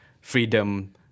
freedom